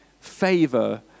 favor